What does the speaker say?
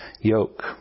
yoke